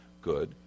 good